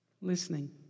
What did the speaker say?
listening